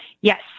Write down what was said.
Yes